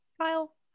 Kyle